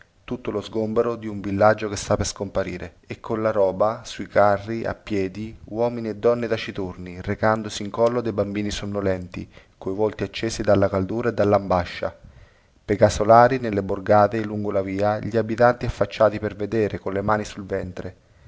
tutto lo sgombero di un villaggio che sta per scomparire e colla roba sui carri a piedi uomini e donne taciturni recandosi in collo dei bambini sonnolenti coi volti accesi dalla caldura e dallambascia pei casolari nelle borgate lungo la via gli abitanti affacciati per vedere colle mani sul ventre